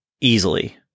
easily